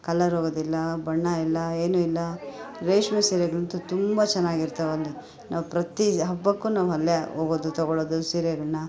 colour ಹೋಗೋದಿಲ್ಲ ಬಣ್ಣ ಇಲ್ಲ ಏನು ಇಲ್ಲ ರೇಷ್ಮೆ ಸೀರೆಗಳಂತೂ ತುಂಬ ಚೆನ್ನಾಗಿರ್ತಾವಲ್ಲಿ ನಾವು ಪ್ರತಿ ಹಬ್ಬಕ್ಕೂ ನಾವು ಅಲ್ಲೇ ಹೋಗೋದು ತೊಗೊಳ್ಳೋದು ಸೀರೆಗಳನ್ನು